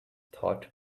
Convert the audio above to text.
thought